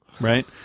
Right